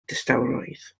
distawrwydd